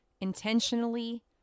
Intentionally